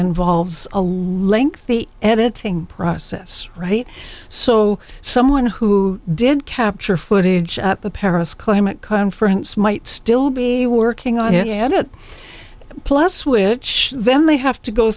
involves a lengthy editing process right so someone who did capture footage at the paris climate conference might still be working out here and it plus which then they have to go